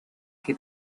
que